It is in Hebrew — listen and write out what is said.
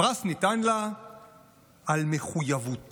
הפרס ניתן לה על מחויבותה